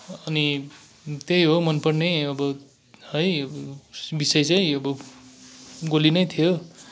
अनि त्यही हो मनपर्ने अब है विषय चाहिँ अब गोली नै थियो